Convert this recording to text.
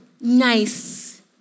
nice